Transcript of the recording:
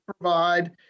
provide